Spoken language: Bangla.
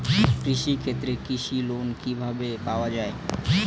কৃষি ক্ষেত্রে কৃষি লোন কিভাবে পাওয়া য়ায়?